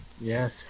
Yes